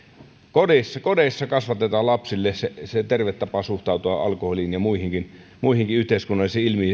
kodeissa kodeissa kasvatetaan lapsille se terve tapa suhtautua alkoholiin ja muihinkin muihinkin yhteiskunnallisiin